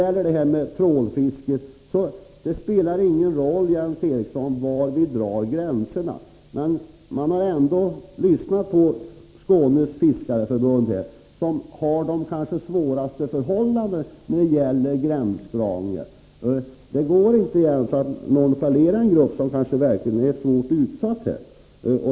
När det gäller trålfisket spelar det, Jens Eriksson, ingen roll var vi drar gränserna. Man har här ändå lyssnat på Skånes fiskareförbund, som har de kanske svåraste förhållandena i fråga om gränsdragning. Det går inte, Jens Eriksson, att nonchalera en grupp som i detta sammanhang verkligen är svårt utsatt.